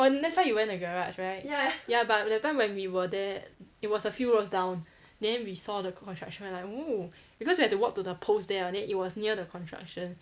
orh that's why you went the garage right ya but that time we were there it was a few roads down then we saw the construction like oo because we have to walk to the post there then it was near the construction